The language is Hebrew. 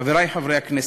חברי חברי הכנסת,